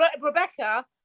Rebecca